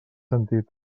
sentit